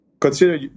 Consider